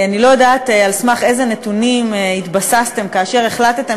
אני לא יודעת על איזה נתונים התבססתם כאשר החלטתם